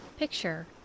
picture